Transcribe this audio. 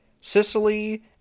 Sicily